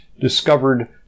discovered